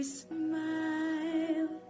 smile